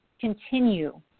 continue